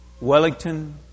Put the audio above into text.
Wellington